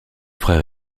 frère